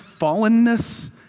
fallenness